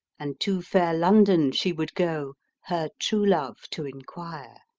and to faire london she would go her true love to enquire.